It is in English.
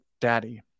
daddy